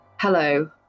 Hello